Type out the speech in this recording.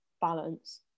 balance